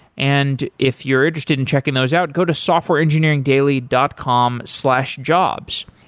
and if you're interested in checking those out, go to softwareengineeringdaily dot com slash jobs.